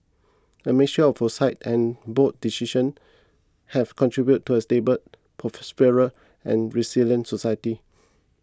a mixture of foresight and bold decisions have contributed to a stable prosperous and resilient society